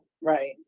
Right